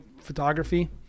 photography